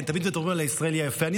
כן, תמיד מדברים על הישראלי היפה,